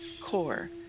core